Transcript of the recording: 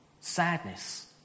sadness